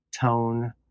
tone